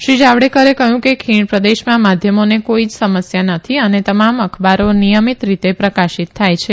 શ્રી જાવડેકરે કહયું કે ખીણ પ્રદેશમાં માધ્યમોને કોઈ જ સમસ્યા નથી અને તમામ અખબારો નિયમિત રીતે પ્રકાશીત થાય છે